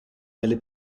nelle